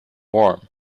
warm